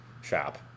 shop